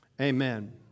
amen